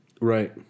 Right